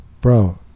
bro